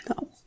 No